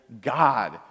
God